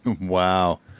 Wow